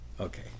Okay